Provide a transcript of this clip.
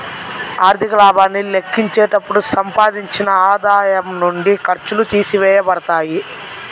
ఆర్థిక లాభాన్ని లెక్కించేటప్పుడు సంపాదించిన ఆదాయం నుండి ఖర్చులు తీసివేయబడతాయి